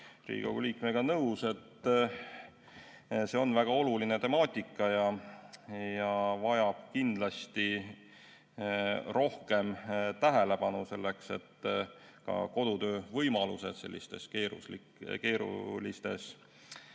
Riigikogu liikmega nõus, et see on väga oluline temaatika ja vajab kindlasti rohkem tähelepanu, selleks et ka kodutöövõimalused keerulistes